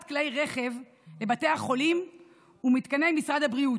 כלי רכב לבתי החולים ולמתקני משרד הבריאות.